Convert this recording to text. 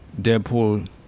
Deadpool